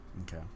Okay